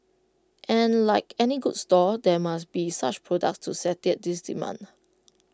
and like any good store there must be such products to satiate this demand